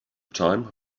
time